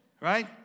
Right